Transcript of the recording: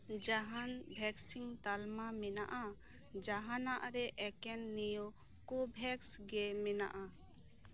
ᱡᱟᱦᱟᱸᱱ ᱵᱷᱮᱠᱥᱤᱱ ᱛᱟᱞᱢᱟ ᱢᱮᱱᱟᱜᱼᱟ ᱡᱟᱦᱟᱸᱱᱟᱜ ᱨᱮ ᱮᱠᱮᱱ ᱱᱤᱭᱟᱹ ᱠᱳᱵᱷᱮᱠᱥ ᱜᱮ ᱢᱮᱱᱟᱜᱼᱟ